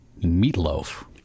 Meatloaf